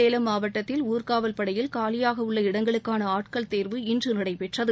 சேலம் மாவட்டத்தில் ஊர்க்காவல் படையில் காலியாகஉள்ள இடங்களுக்கானஆட்கள் தேர்வு இன்றநடைபெற்றது